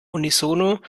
unisono